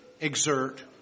exert